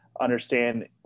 understand